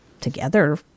together